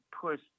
push